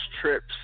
trips